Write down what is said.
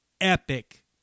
epic